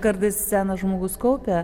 kartais senas žmogus kaupia